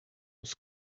was